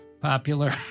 popular